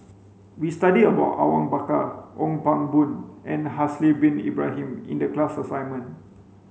we studied about Awang Bakar Ong Pang Boon and Haslir Bin Ibrahim in the class assignment